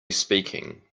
speaking